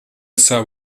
sabe